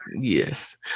Yes